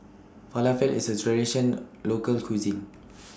Falafel IS A Traditional Local Cuisine